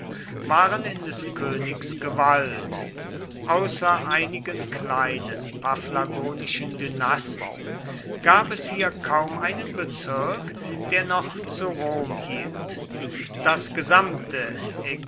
waren in des königs gewalt außer einigen kleinen paphlagonischen dynasten gab es hier kaum einen bezirk der noch zu rom hielt das gesamte